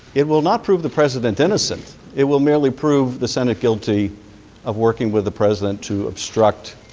it will not prove the president innocent. it will merely prove the senate guilty of working with the president to obstruct